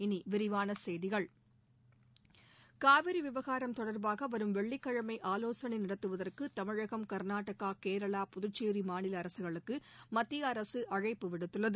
இனி விரிவான செய்திகள் காவிரி விவகாரம் தொடர்பாக வரும் வெள்ளிக் கிழமை ஆவோசனை நடத்துவதற்கு தமிழகம் கர்நாடகா கேரளா புதுச்சேரி மாநில அரசுகளுக்கு மத்திய அரசு அழைப்பு விடுத்துள்ளது